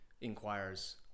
inquires